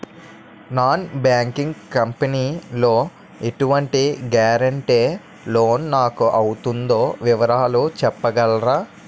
Non banking company లో ఎటువంటి guarantee loan నాకు అవుతుందో వివరాలు చెప్పగలరా?